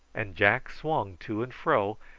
and jack swung to and fro,